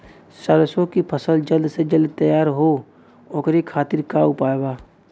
सरसो के फसल जल्द से जल्द तैयार हो ओकरे खातीर का उपाय बा?